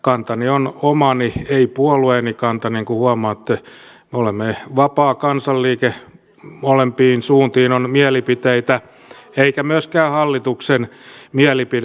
kantani on omani ei puolueeni kanta niin kuin huomaatte me olemme vapaa kansanliike molempiin suuntiin on mielipiteitä eikä myöskään hallituksen mielipide